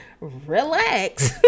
relax